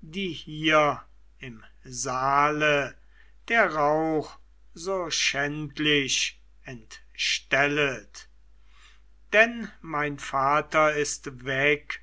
die hier im saale der rauch so schändlich entstellet denn mein vater ist weg